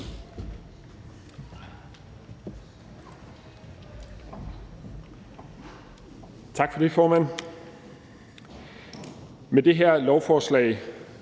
Tak for det, formand. Med det her lovforslag